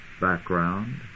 background